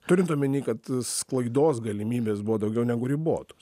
turint omeny kad sklaidos galimybės buvo daugiau negu ribotos